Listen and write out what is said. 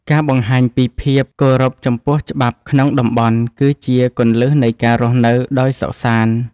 ការបង្ហាញពីភាពគោរពចំពោះច្បាប់ក្នុងតំបន់គឺជាគន្លឹះនៃការរស់នៅដោយសុខសាន្ដ។